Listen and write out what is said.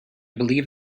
believe